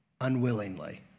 unwillingly